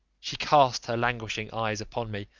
she cast her languishing eyes upon me,